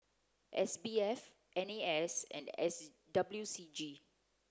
S B F N A S and S W C G